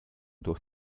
durch